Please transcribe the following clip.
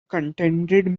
contented